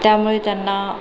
त्यामुळे त्यांना